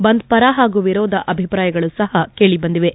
ಬಂದ್ ಪರ ಹಾಗೂ ವಿರೋಧ ಅಭಿಪ್ರಾಯಗಳು ಸಹ ಕೇಳಬಂದಿವೆ